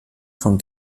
von